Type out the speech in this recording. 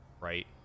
right